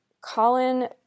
Colin